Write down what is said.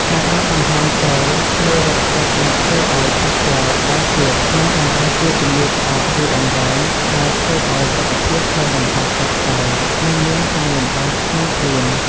ការដកដង្ហើមចូលមេរោគផ្សិតអាចធ្វើឱ្យប៉ះពាល់ដល់សួត និង បង្កជាជំងឺក្អកយូរអង្វែងដែលធ្វើឱ្យសុខភាពផ្លូវដង្ហើមចុះខ្សោយ និង មានការលំបាកក្នុងខ្លួន។